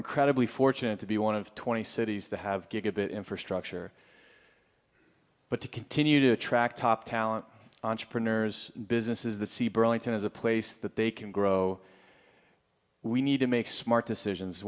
incredibly fortunate to be one of twenty cities to have gigabit infrastructure but to continue to attract top talent entrepreneurs businesses that see burlington as a place that they can grow we need to make smart decisions